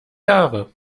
jahre